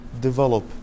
develop